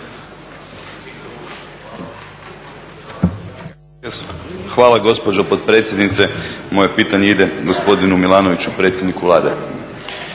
Hvala gospođo potpredsjednice. Moje pitanje ide gospodinu Milanoviću, predsjedniku Vlade.